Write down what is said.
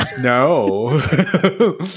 No